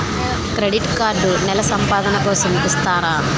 Credit card నెల సంపాదన కోసం ఇస్తారా?